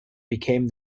became